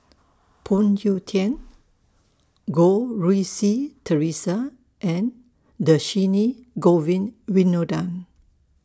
Phoon Yew Tien Goh Rui Si Theresa and Dhershini Govin Winodan